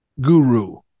guru